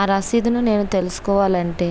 ఆ రసీదును నేను తెలుసుకోవాలంటే